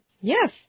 Yes